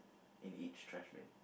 in each trashbin